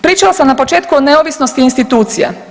Pričala sam na početku o neovisnosti institucija.